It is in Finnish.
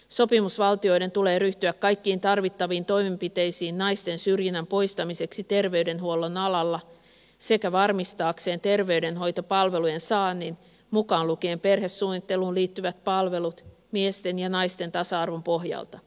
sopimusvaltioiden tulee ryhtyä kaikkiin tarvittaviin toimenpiteisiin naisten syrjinnän poistamiseksi terveydenhuollon alalla sekä varmistaakseen terveydenhoitopalvelujen saannin mukaan lukien perhesuunnitteluun liittyvät palvelut miesten ja naisten tasa arvon pohjalta